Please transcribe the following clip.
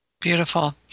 Beautiful